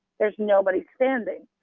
there is nobody standing.